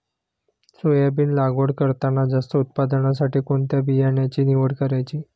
Soybean लागवड करताना जास्त उत्पादनासाठी कोणत्या बियाण्याची निवड करायची?